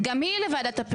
כל זה אמרו בישיבת הממשלה?